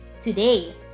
today